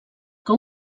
que